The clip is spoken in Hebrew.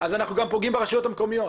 אנחנו גם פוגעים ברשויות המקומיות.